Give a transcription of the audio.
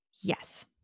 Yes